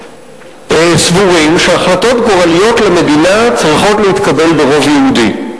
סבורים שהחלטות גורליות למדינה צריכות להתקבל ברוב יהודי.